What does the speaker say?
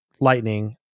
lightning